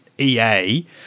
EA